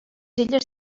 illes